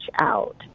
out